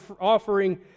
offering